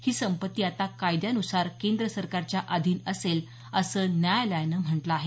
ही संपत्ती आता कायद्यानुसार केंद्र सरकारच्या अधीन असेल असं न्यायालयानं म्हटलं आहे